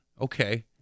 okay